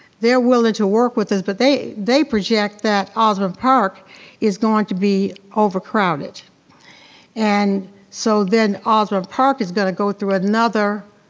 they're willing to work with us but they they project that osbourn park is going to be overcrowded and so then osbourn park is gonna go through another